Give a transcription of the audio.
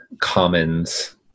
commons